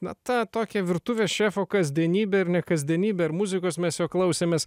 na tą tokią virtuvės šefo kasdienybę ir nekasdienybę ir muzikos mes jo klausėmės